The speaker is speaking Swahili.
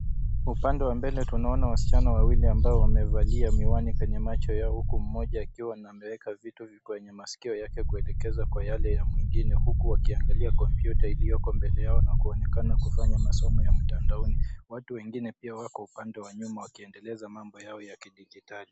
Upande wa mbele tunaona wasichana wawili ambao wamevalia miwani kwenye macho yao huku mmoja akiwa ameweka vitu kwenye masikio yake kuelekeza kwa yale ya mwingine huku wakiangalia kompyuta ilioko mbele yao na kuonekana kufanya masomo ya mtandaoni. Watu wengine pia wako upande wa nyuma wakiendeleza mambo yao ya kidijitali.